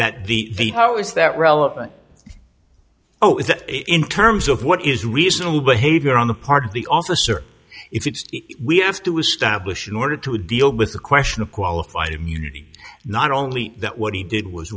that the the how is that relevant oh is that in terms of what is reasonable behavior on the part of the also sir if it's we have to establish in order to deal with the question of qualified immunity not only that what he did was